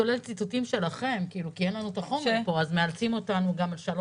כולל ציטוטים שלכם כי אין לנו את החומר פה אז מאלצים אותנו --- ש-?